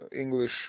English